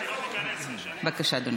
בבקשה, אדוני.